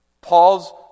Paul's